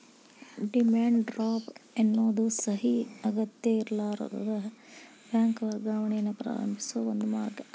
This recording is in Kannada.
ಡಿಮ್ಯಾಂಡ್ ಡ್ರಾಫ್ಟ್ ಎನ್ನೋದು ಸಹಿ ಅಗತ್ಯಇರ್ಲಾರದ ಬ್ಯಾಂಕ್ ವರ್ಗಾವಣೆಯನ್ನ ಪ್ರಾರಂಭಿಸೋ ಒಂದ ಮಾರ್ಗ